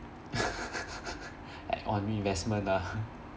orh you mean investment ah